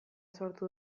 sortu